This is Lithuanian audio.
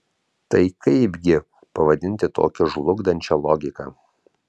tai kaipgi pavadinti tokią žlugdančią logiką